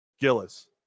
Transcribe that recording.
Gillis